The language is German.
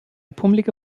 pummelige